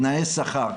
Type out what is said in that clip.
תנאי שכר,